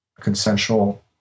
consensual